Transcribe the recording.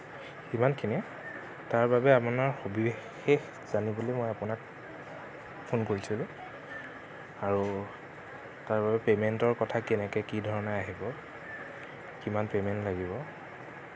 সিমানখিনিয়েই তাৰবাবে আপোনাৰ সবিশেষ জানিবলৈ মই আপোনাক ফোন কৰিছিলোঁ আৰু তাৰ বাবে পেমেণ্টৰ কথা কেনেকে কি ধৰণে আহিব কিমান পেমেণ্ট লাগিব